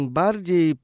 bardziej